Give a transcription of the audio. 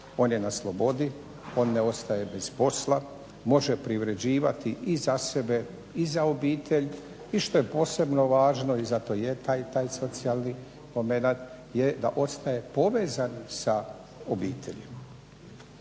on je na slobodi, on ne ostaje bez posla, može privređivati i za sebe i za obitelj i što je posebno važno i zato je taj socijalni momenat je da ostaje povezan sa obitelji.